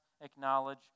acknowledge